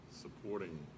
supporting